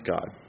God